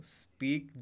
speak